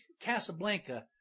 Casablanca